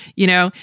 you know,